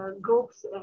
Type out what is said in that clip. groups